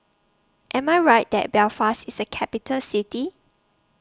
Am I Right that Belfast IS A Capital City